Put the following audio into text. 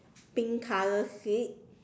pink color seat